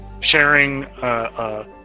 sharing